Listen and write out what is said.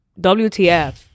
WTF